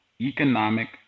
Economic